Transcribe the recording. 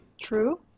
True